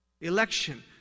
Election